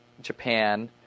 Japan